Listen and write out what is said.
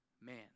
man